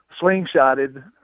slingshotted